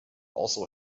also